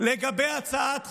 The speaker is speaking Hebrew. לגבי הצעת חוק,